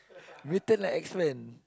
written like X-Men